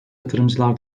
yatırımcılar